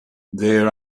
there